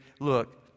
Look